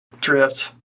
drift